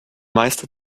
meiste